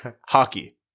Hockey